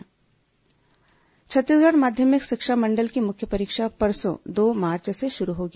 board परीक्षा छत्तीसगढ़ माध्यमिक शिक्षा मंडल की मुख्य परीक्षा परसों दो मार्च से शुरू होगी